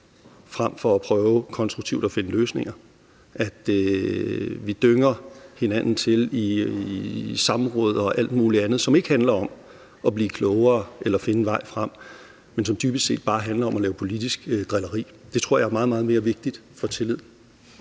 frem for konstruktivt at prøve at finde løsninger. Vi dynger hinanden til i samråd og alt muligt andet, som ikke handler om at blive klogere eller at finde en vej frem, men som dybest set bare handler om at lave politisk drilleri. Det tror jeg er meget, meget mere vigtigt i forhold